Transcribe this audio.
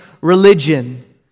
religion